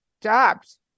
jobs